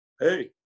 Hey